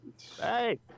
Hey